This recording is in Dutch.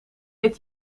dit